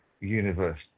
universe